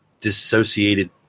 dissociated